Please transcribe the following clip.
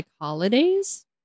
holidays